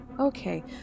Okay